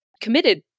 committed